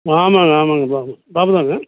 ஆமாங்க ஆமாங்க பாபு பாபுதாங்க